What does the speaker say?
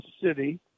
City